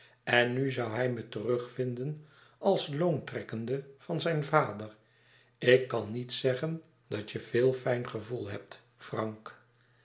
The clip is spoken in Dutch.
en nu zoû hij me terugvinden als loontrekkende van zijn vader ik kan niet zeggen dat je veel fijn gevoel hebt frank